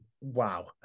wow